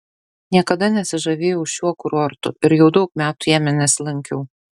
niekada nesižavėjau šiuo kurortu ir jau daug metų jame nesilankiau